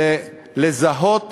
זה לזהות